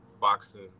boxing